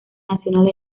nacional